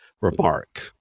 remark